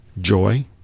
joy